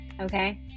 Okay